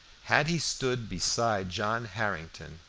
had he stood beside john harrington,